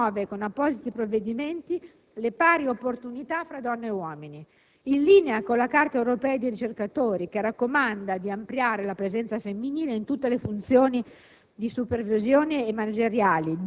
«A tale fine la Repubblica promuove con appositi provvedimenti le pari opportunità tra donne e uomini»; in linea con la Carta europea dei ricercatori, che raccomanda di ampliare la presenza femminile in tutte le funzioni «di